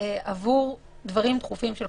עבור דברים דחופים של הקורונה.